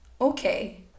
okay